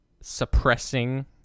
suppressing